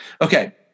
Okay